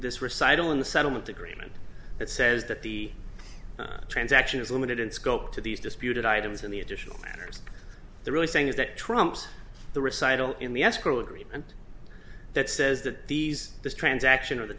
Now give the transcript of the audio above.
this recital in the settlement agreement that says that the transaction is limited in scope to these disputed items in the additional matters they're really saying is that trumps the recital in the escrow agreement that says that these this transaction or the